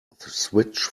switch